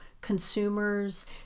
consumers